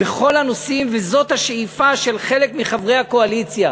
בכל הנושאים, וזאת השאיפה של חלק מחברי הקואליציה